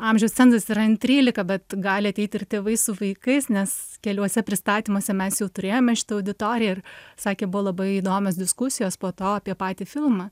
amžiaus cenzas yra n trylika bet gali ateiti ir tėvai su vaikais nes keliuose pristatymuose mes jau turėjome šitą auditoriją ir sakė buvo labai įdomios diskusijos po to apie patį filmą